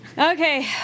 Okay